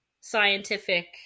scientific